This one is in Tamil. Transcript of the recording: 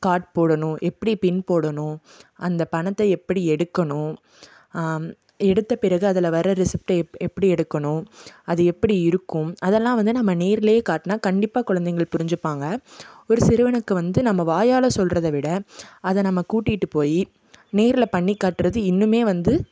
கார்ட் போடணும் எப்படி பின் போடணும் அந்த பணத்த எப்படி எடுக்கணும் எடுத்த பிறகு அதில் வர ரிசிப்ட்டை எப் எப்படி எடுக்கணும் அது எப்படி இருக்கும் அதெல்லாம் வந்து நம்ம நேரிலே காட்டினா கண்டிப்பாக குழந்தைகள் புரிஞ்சுப்பாங்க ஒரு சிறுவனுக்கு வந்து நம்ம வாயால் சொல்கிறத விட அதை நம்ம கூட்டிகிட்டு போய் நேரில் பண்ணி காட்டுவது இன்னுமே வந்து